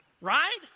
right